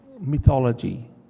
mythology